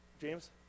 James